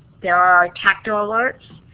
there are tactile alerts.